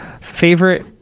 favorite